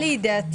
חוזרים לדיון.